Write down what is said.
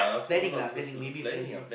planning lah planning maybe planning